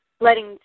letting